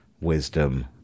wisdom